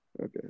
Okay